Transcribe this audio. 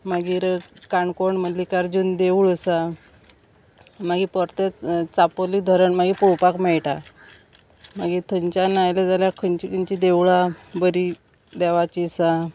मागीर काणकोण मल्लिकार्जून देवूळ आसा मागीर पोरतेंच चापोली धरण मागीर पोवपाक मेळटा मागीर थंयच्यान आयलें जाल्यार खंयची खंयची देवळां बरीं देवाचीं आसा